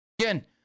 Again